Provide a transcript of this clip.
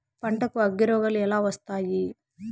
పంటకు అగ్గిరోగాలు ఎలా వస్తాయి?